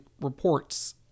reports